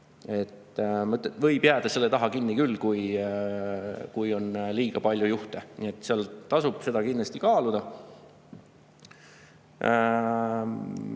võib jääda selle taha kinni küll, kui on liiga palju juhte. Seda tasub kindlasti kaaluda.